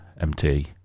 MT